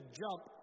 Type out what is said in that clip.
jump